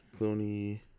Clooney